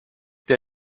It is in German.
der